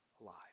alive